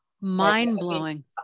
mind-blowing